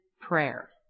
prayer